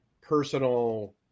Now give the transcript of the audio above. personal